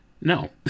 No